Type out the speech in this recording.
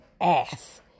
ass